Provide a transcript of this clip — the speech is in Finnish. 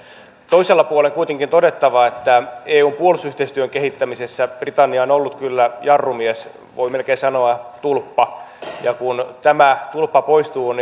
toisella puolen on kuitenkin todettava että eun puolustusyhteistyön kehittämisessä britannia on ollut kyllä jarrumies voi melkein sanoa tulppa kun tämä tulppa poistuu